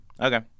Okay